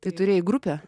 tai turėjai grupę